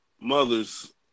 mothers